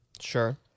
Sure